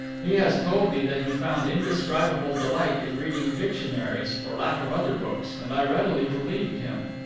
he has told me that he found indescribable delight in reading dictionaries for lack of other books, and i readily believed him.